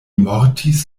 mortis